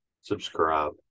subscribe